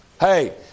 Hey